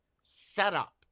setup